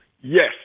yes